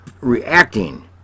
reacting